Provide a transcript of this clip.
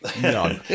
No